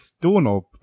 doorknob